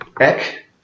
Eck